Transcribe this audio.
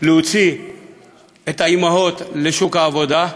להוציא את האימהות לשוק העבודה.